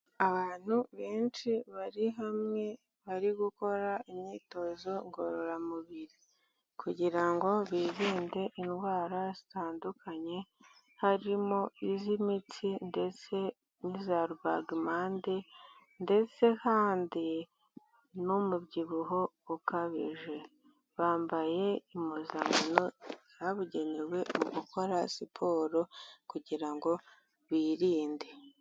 Abantu benshi bari hamwe, bari gukora imyitozo ngororamubiri kugira ngo birinde indwara zitandukanye, harimo iz'imitsi ndetse n'izarubagampande ndetse kandi n'umubyibuho ukabije, bambaye impuzankano zabugenewe mu gukora siporo kugira ngo birinde.